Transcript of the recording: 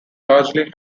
largely